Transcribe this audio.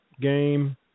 game